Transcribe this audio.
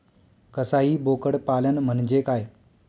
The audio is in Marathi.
कसाई बोकड पालन म्हणजे काय?